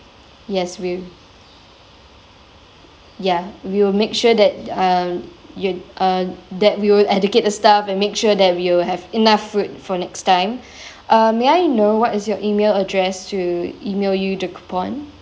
yes we'll ya we will make sure that um you uh that we would educate the staff and make sure that we will have enough food for next time uh may I know what is your email address to email you the coupon